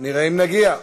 נראה אם נגיע.